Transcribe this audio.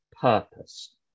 purpose